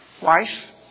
wife